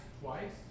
twice